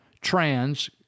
trans